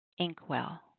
Inkwell